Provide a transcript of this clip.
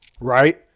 Right